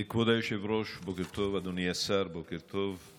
כבוד היושב-ראש, בוקר טוב, אדוני השר, בוקר טוב,